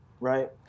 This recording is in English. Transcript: right